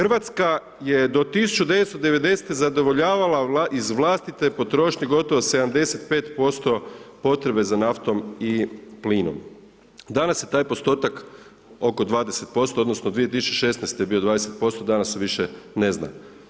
RH je do 1990. zadovoljavala iz vlastite potrošnje gotovo 75% potrebe za naftom i plinom, danas je taj postotak oko 20% odnosno 2016. je bio 20%, danas se više ne zna.